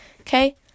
okay